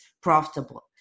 profitable